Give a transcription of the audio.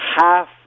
half